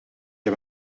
heb